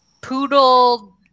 poodle